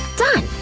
done!